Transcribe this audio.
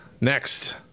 Next